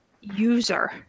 user